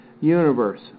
universe